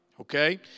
Okay